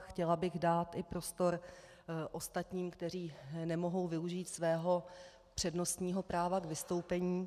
Chtěla bych dát i prostor ostatním, kteří nemohou využít svého přednostního práva k vystoupení.